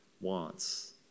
wants